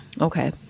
Okay